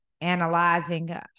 analyzing